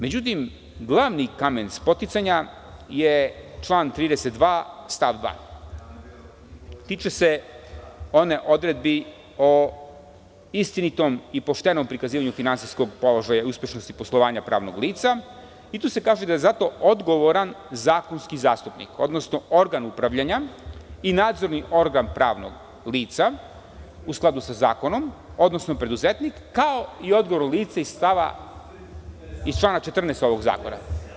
Međutim, glavni kamen spoticanja je član 32. stav 2. Tiče se one odredbe o istinitom i poštenom prikazivanju finansijskog položaja, uspešnosti poslovanja pravnog lica i tu se kaže da je zato odgovoran zakonski zastupnik, odnosno organ upravljanja i nadzorni organ pravnog lica u skladu sa zakonom, odnosno preduzetnik kao i odgovorno lice iz člana 14. ovog zakona.